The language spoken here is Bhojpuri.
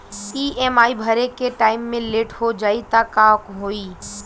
ई.एम.आई भरे के टाइम मे लेट हो जायी त का होई?